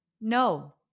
No